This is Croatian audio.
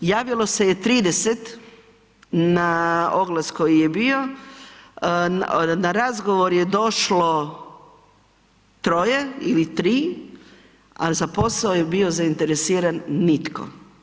Javilo se je 30 na oglas koji je bio, na razgovor je došlo troje ili tri, a za posao je bio zainteresiran nitko.